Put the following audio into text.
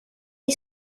est